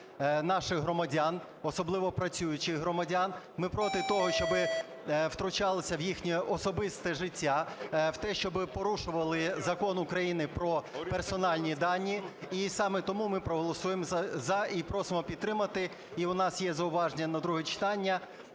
наших громадян, особливо працюючих громадян, ми проти того, щоб втручалися в їхнє життя, в те, щоб порушували Закон України про персональні дані. І саме тому ми проголосуємо "за" і просимо підтримати. І у нас є зауваження на друге читання.